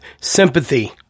sympathy